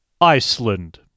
Iceland